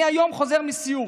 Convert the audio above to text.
אני היום חוזר מסיור,